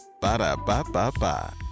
Ba-da-ba-ba-ba